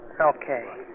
Okay